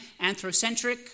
anthrocentric